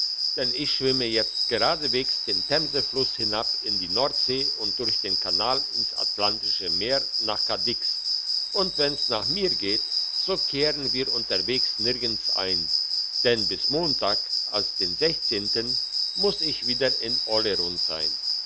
denn ich schwimme jetzt geradeswegs den themsefluss hinab in die nordsee und durch den kanal ins atlantische meer nach cadix und wenn's nach mir geht so kehren wir unterwegs nirgends ein denn bis montag als den sechzehnten muss ich wieder in oleron sein